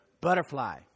butterfly